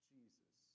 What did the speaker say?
Jesus